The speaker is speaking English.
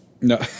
No